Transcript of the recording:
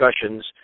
discussions